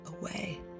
away